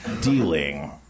Dealing